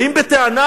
באים בטענה,